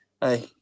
hey